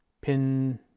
pin